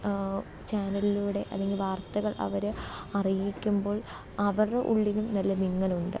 ചാനലിലൂടെ അല്ലെങ്കിൽ വാർത്തകൾ അവർ അറിയിക്കുമ്പോൾ അവരുടെ ഉള്ളിലും നല്ല വിങ്ങലുണ്ട്